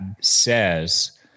says